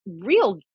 real